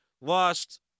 lost